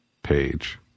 page